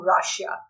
Russia